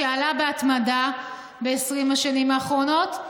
שעלה בהתמדה ב-20 השנים האחרונות,